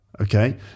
Okay